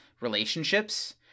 relationships